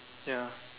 ya